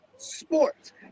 sports